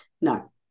No